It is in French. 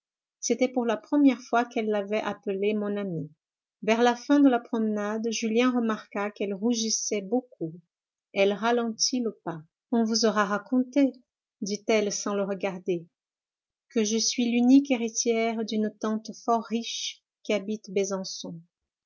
c'était pour la première fois qu'elle l'avait appelé mon ami vers fa fin de la promenade julien remarqua qu'elle rougissait beaucoup elle ralentit le pas on vous aura raconté dit-elle sans le regarder que je suis l'unique héritière d'une tante fort riche qui habite besançon